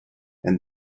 and